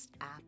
app